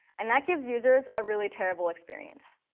and that gives users a really terrible experience.